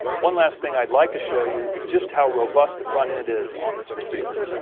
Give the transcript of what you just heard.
one last thing i'd like to show you is just how robust the front end is on this receiver.